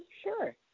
sure